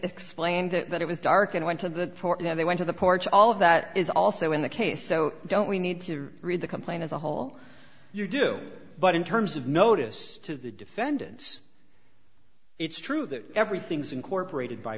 explained that it was dark and went to the court and they went to the porch all of that is also in the case so don't we need to read the complaint as a whole you do but in terms of notice to the defendant's it's true that everything's incorporated by